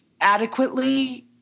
adequately